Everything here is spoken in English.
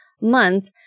month